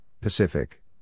Pacific